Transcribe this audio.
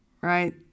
right